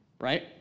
right